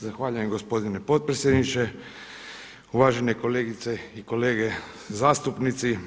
Zahvaljujem gospodine potpredsjedniče, uvažene kolegice i kolege zastupnici.